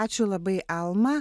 ačiū labai alma